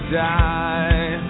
die